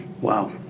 Wow